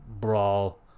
brawl